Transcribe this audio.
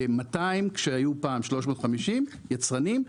כ-200 כשהיו פעם 350 יצרנים,